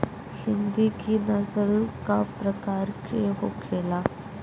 हिंदी की नस्ल का प्रकार के होखे ला?